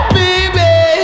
baby